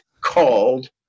called